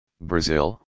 Brazil